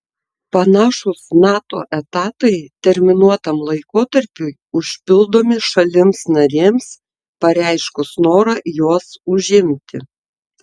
panašūs nato etatai terminuotam laikotarpiui užpildomi šalims narėms pareiškus norą juos užimi